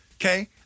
Okay